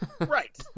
Right